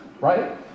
Right